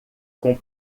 com